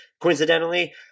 Coincidentally